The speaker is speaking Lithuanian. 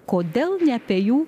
kodėl ne apie jų